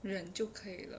忍就可以了